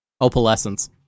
Opalescence